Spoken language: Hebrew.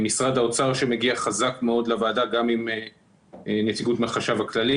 עם משרד האוצר שמגיע חזק מאוד לוועדה גם עם נציגות מהחשב הכלל,